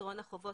פתרון החובות.